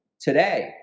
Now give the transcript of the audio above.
today